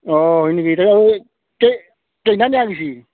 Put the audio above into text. অঁ হয় নেকি তেতিয়াহ'লে কে নিয়া গৈছে